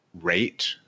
rate